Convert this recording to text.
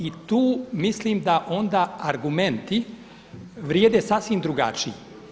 I tu mislim da onda argumenti vrijede sasvim drugačiji.